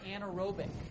anaerobic